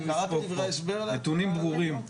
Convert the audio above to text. "הנתונים ברורים".